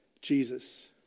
Jesus